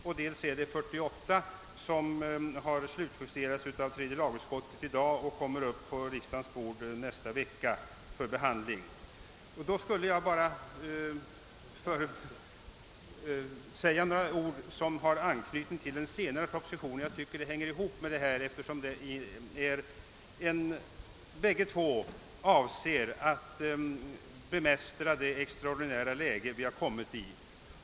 Utlåtandet om den senare har i dag slutjusterats av tredje lagutskottet och kommer nästa vecka på riksdagens bord. Jag vill säga några ord i anslutning till den senare propositionen. Jag tycker att den hör ihop med denna fråga, eftersom båda propositionerna avser åtgärder för att bemästra det extraordinära läget vi har kommit i.